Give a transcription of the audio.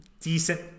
decent